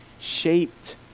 shaped